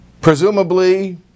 presumably